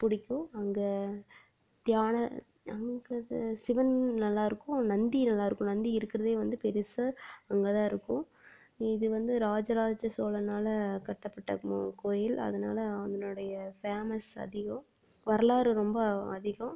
பிடிக்கும் அங்கே தியான அங்கே இது சிவன் நல்லாயிருக்கும் நந்தி நல்லாயிருக்கும் நந்தி இருக்கிறதே வந்து பெருசு அங்கேதாருக்கும் இது வந்து ராஜராஜ சோழனால் கட்டப்பட்ட கோயில் அதனால் அதனுடைய ஃபேமஸ் அதிகம் வரலாறு ரொம்ப அதிகம்